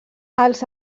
els